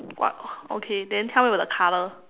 what okay then tell me about the colour